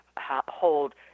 hold